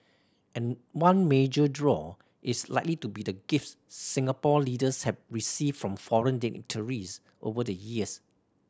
and one major draw is likely to be the gifts Singapore leaders have received from foreign dignitaries over the years